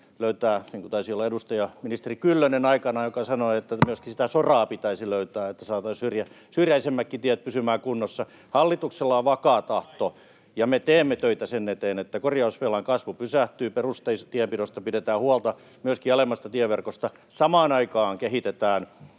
löytää... Taisi olla ministeri Kyllönen aikanaan, joka sanoi, että myöskin sitä soraa pitäisi löytää, että saataisiin syrjäisemmätkin tiet pysymään kunnossa. Hallituksella on vakaa tahto, ja me teemme töitä sen eteen, että korjausvelan kasvu pysähtyy, perustienpidosta pidetään huolta, myöskin alemmasta tieverkosta. Samaan aikaan kehitetään